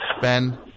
Ben